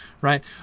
Right